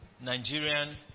Nigerian